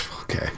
Okay